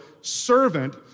servant